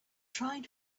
trying